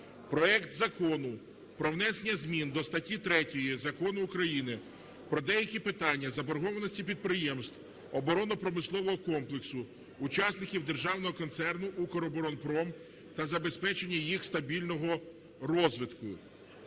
проект Закону про внесення змін до статті 3 Закону України “Про деякі питання заборгованості підприємств оборонно-промислового комплексу – учасників Державного концерну "Укроборонпром" та забезпечення їх стабільного розвитку”